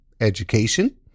education